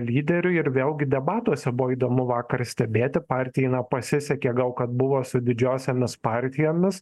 lyderiui ir vėlgi debatuose buvo įdomu vakar stebėti partijai na pasisekė gal kad buvo su didžiosiomis partijomis